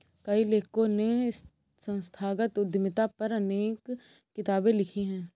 कई लेखकों ने संस्थागत उद्यमिता पर अनेक किताबे लिखी है